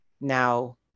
now